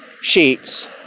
sheets